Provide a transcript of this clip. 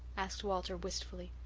asked walter wistfully.